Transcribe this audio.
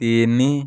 ତିନି